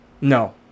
No